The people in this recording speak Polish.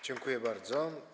Dziękuję bardzo.